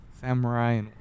Samurai